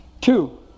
Two